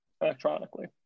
electronically